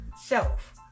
self